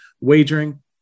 wagering